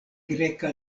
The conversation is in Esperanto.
greka